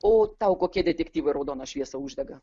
o tau kokie detektyvai raudoną šviesą uždega